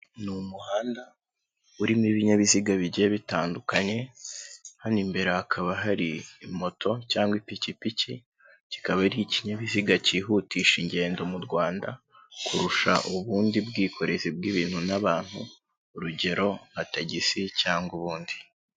Ni umuhanda urimo ibinyabiziga bigiye bitandukanye, hano imbere hakaba hari moto cyangwa ipikipiki, kikaba ari ikinyabiziga cyihutisha ingendo mu Rwanda, kurusha ubundi bwikorezi bw'ibintu n'abantu, urugero nka tagisi cyangwa ubundi.